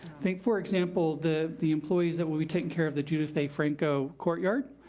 think, for example, the the employees that will be taking care of the judith a. franco courtyard,